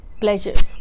pleasures